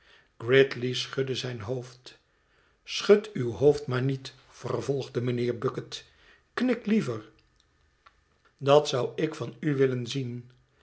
gridley schudde zijn hoofd schud uw hoofd maar niet vervolgde mijnheer bucket knik liever dat zou ik van u willen zien